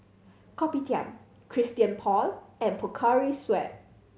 Kopitiam Christian Paul and Pocari Sweat